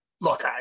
Look